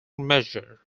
measure